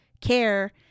care